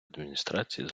адміністрації